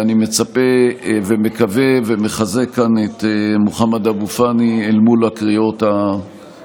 אני מצפה ומקווה ומחזק כאן את מוחמד אבו פאני אל מול הקריאות הקשות